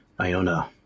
Iona